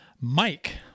Mike